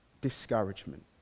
discouragement